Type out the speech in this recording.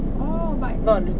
orh might